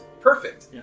perfect